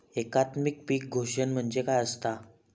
एकात्मिक पीक पोषण म्हणजे काय असतां?